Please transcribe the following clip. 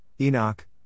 Enoch